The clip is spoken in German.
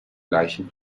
gleichen